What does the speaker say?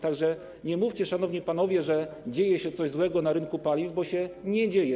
Tak że nie mówcie, szanowni panowie, że dzieje się coś złego na rynku paliw, bo się nie dzieje.